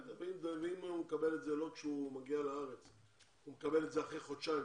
ואם הוא יקבל את זה לא כשהוא מגיע לארץ אלא אחרי חודשיים,